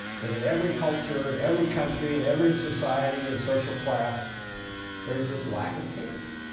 that in every culture, in every country, in every society, and social class there's this lack of candor.